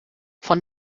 von